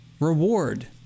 Reward